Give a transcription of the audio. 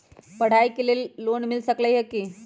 पढाई के लेल लोन मिल सकलई ह की?